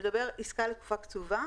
שמדבר על עסקה לתקופה קצובה,